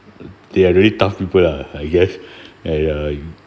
they are really tough people lah I guess and uh